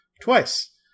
twice